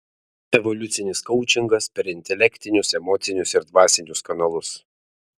evoliucinis koučingas per intelektinius emocinius ir dvasinius kanalus